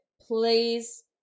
Please